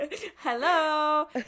Hello